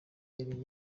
yari